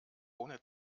ohne